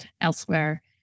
elsewhere